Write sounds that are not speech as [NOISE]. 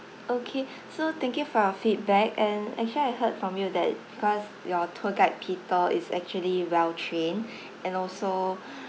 okay [BREATH] so thank you for your feedback and actually I heard from you that because your tour guide peter is actually well trained [BREATH] and also [BREATH]